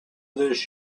this